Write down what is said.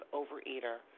overeater